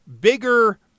bigger